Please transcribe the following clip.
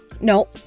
No